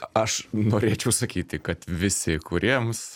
aš norėčiau sakyti kad visi kuriems